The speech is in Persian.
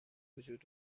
بوجود